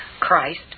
Christ